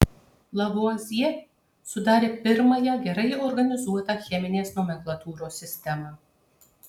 lavuazjė sudarė pirmąją gerai organizuotą cheminės nomenklatūros sistemą